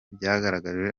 byagaragaje